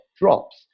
drops